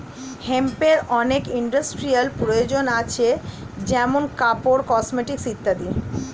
হেম্পের অনেক ইন্ডাস্ট্রিয়াল প্রয়োজন আছে যেমন কাপড়, কসমেটিকস ইত্যাদি